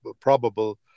probable